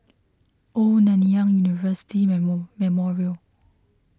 Old Nanyang University Memorial